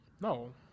No